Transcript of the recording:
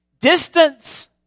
Distance